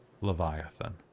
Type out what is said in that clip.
Leviathan